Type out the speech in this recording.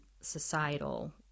societal